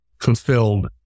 fulfilled